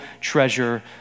treasure